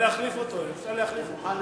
אפשר להחליף אותו, אפשר להחליף אותו.